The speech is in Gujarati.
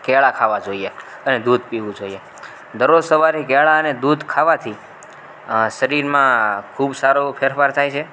કેળાં ખાવાં જોઈએ અને દૂધ પીવું જોઈએ દરરોજ સવારે કેળાં અને દૂધ ખાવાથી શરીરમાં ખૂબ સારો એવો ફેરફાર થાય છે